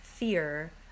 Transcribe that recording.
fear